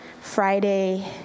Friday